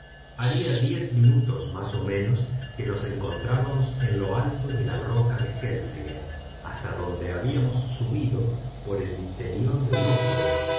haría diez minutos más o menos que nos encontrábamos en lo alto de la roca de helseggen hasta donde habíamos subido por el interior de